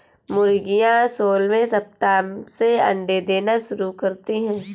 मुर्गियां सोलहवें सप्ताह से अंडे देना शुरू करती है